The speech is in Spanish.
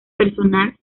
personal